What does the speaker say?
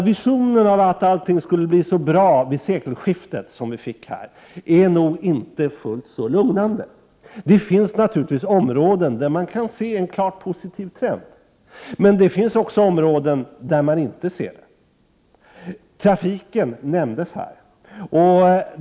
Visionen av att allting skulle bli bra vid sekelskiftet, som vi fick höra här, är noginte så lugnande. Det finns naturligtvis områden där man kan se en klart positiv trend. Men det finns också områden där man inte ser det. Trafiken nämndes här.